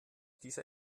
dieser